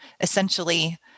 Essentially